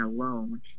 alone